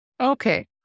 Okay